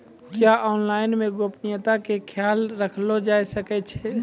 क्या ऑनलाइन मे गोपनियता के खयाल राखल जाय सकै ये?